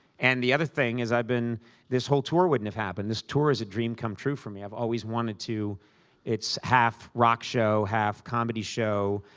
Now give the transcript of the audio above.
and the other thing is, i've been this whole tour wouldn't have happened. this tour is a dream come true for me. i've always wanted to it's half rock show, half comedy show,